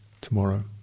tomorrow